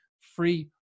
free